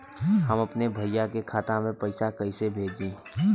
हम अपने भईया के खाता में पैसा कईसे भेजी?